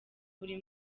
buri